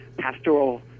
pastoral